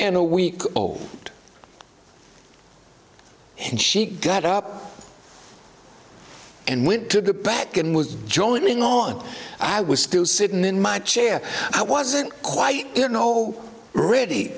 and a week old and she got up and went to the back and was joining on i was still sitting in my chair i wasn't quite there no ready